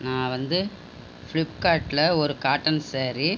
நான் வந்து ஃபிளிப்கார்ட்டில் ஒரு காட்டன் சாரி